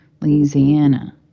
Louisiana